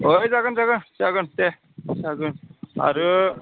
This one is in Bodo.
अ ओइ जागोन जागोन जागोन दे जागोन आरो